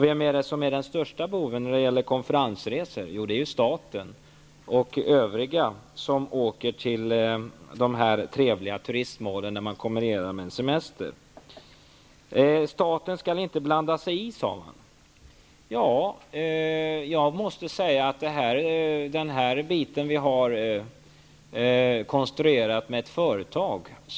Vem är den största boven när det gäller konferensresor? Jo, det är staten och övriga som åker till de här trevliga turistmålen, där man kombinerar konferensen med en semester, Staten skall inte blanda sig i, har det sagts. Här har konstruerats en lösning med ett företag.